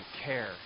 care